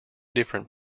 different